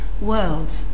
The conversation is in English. world